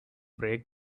break